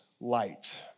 light